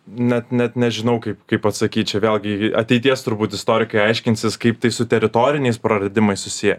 net net nežinau kaip kaip atsakyt čia gal gi ateities turbūt istorikai aiškinsis kaip tai su teritoriniais praradimais susiję